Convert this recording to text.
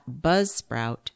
buzzsprout